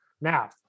Now